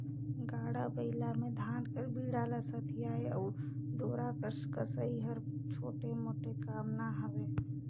गाड़ा बइला मे धान कर बीड़ा ल सथियई अउ डोरा कर कसई हर छोटे मोटे काम ना हवे